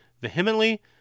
vehemently